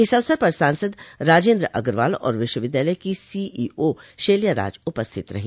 इस अवसर पर सांसद राजेन्द्र अग्रवाल और विश्वविद्यालय की सीईओ शेल्याराज उपस्थित रही